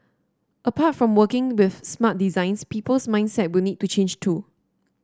apart from working with smart designs people's mindset will need to change too